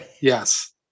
Yes